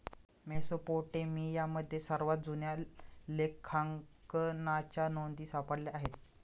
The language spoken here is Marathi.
मेसोपोटेमियामध्ये सर्वात जुन्या लेखांकनाच्या नोंदी सापडल्या आहेत